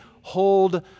hold